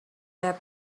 that